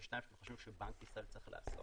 32 שאתם חושבים שבנק ישראל צריך לעשות?